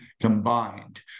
combined